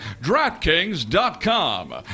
DraftKings.com